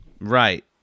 Right